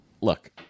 Look